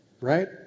Right